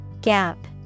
Gap